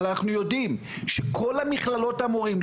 אבל אנחנו יודעים, שכל מכללות המורים,